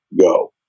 go